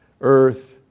earth